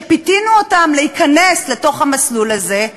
שפיתינו אותם להיכנס לתוך המסלול הזה,